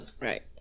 right